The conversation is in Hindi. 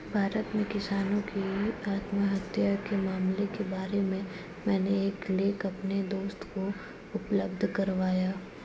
भारत में किसानों की आत्महत्या के मामलों के बारे में मैंने एक लेख अपने दोस्त को उपलब्ध करवाया